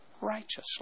righteously